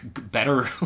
better